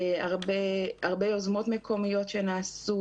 הרבה יוזמות מקומיות שנעשו.